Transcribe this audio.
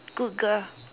good girl